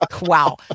wow